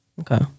Okay